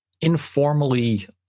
informally